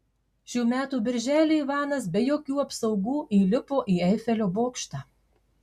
šių metų birželį ivanas be jokių apsaugų įlipo į eifelio bokštą